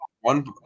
one